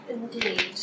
Indeed